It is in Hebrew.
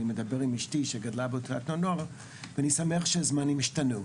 אני מדבר עם אשתי שגדלה בתנועת נוער ואני שמח שהזמנים השתנו.